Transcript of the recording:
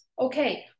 Okay